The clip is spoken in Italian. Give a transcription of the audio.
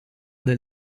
del